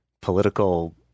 political